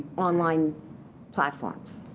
online platforms.